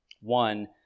One